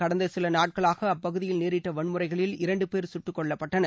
கடந்த சில நாட்களாக அப்பகுதியில் நேரிட்ட வன்முறைகளில் இரண்டு பேர் சுட்டுக்கொல்லப்பட்டனர்